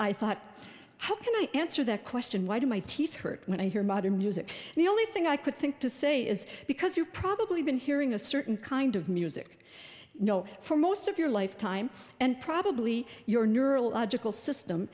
i thought how can i answer that question why do my teeth hurt when i hear modern music the only thing i could think to say is because you've probably been hearing a certain kind of music you know for most of your lifetime and probably your neurological system